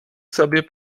sobie